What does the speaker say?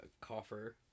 coffer